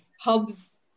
hubs